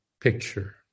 picture